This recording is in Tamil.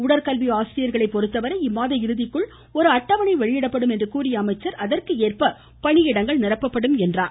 உடற்கல்வி ஆசிரியர்களை பொருத்தவரை இம்மாத இறுதிக்குள் ஒரு அட்டவணை வெளியிடப்படும் என்று கூறிய அமைச்சர் அதற்கு ஏற்ப பணியிடங்கள் நிரப்பப்படும் என்றார்